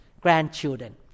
grandchildren